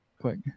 quick